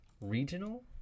regional